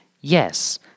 yes